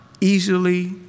easily